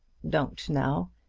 don't now.